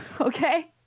okay